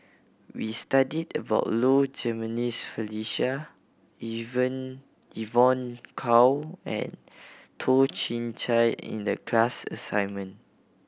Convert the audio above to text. we studied about Low Jimenez Felicia Even Evon Kow and Toh Chin Chye in the class assignment